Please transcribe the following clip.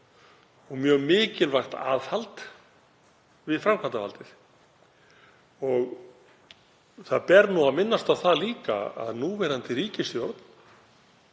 og mjög mikilvægt aðhald við framkvæmdarvaldið. Það ber líka að minnast á það að núverandi ríkisstjórn